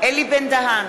אלי בן-דהן,